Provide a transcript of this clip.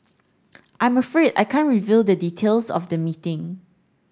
I'm afraid I can't reveal the details of the meeting